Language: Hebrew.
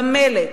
במלט,